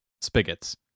spigots